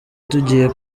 tugiye